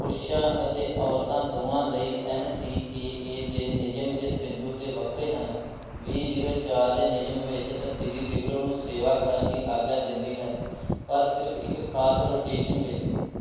ਪੁਰਸ਼ਾਂ ਅਤੇ ਔਰਤਾਂ ਦੋਵਾਂ ਲਈ ਐਨ ਸੀ ਏ ਏ ਦੇ ਨਿਯਮ ਇਸ ਬਿੰਦੂ 'ਤੇ ਵੱਖਰੇ ਹਨ ਵੀਹ ਜੀਰੋ ਚਾਰ ਦੇ ਨਿਯਮ ਵਿੱਚ ਤਬਦੀਲੀ ਲਿਬਰੋ ਨੂੰ ਸੇਵਾ ਕਰਨ ਦੀ ਆਗਿਆ ਦਿੰਦੀ ਹੈ ਪਰ ਸਿਰਫ ਇੱਕ ਖਾਸ ਰੋਟੇਸ਼ਨ ਵਿੱਚ